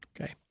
Okay